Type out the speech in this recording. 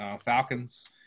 Falcons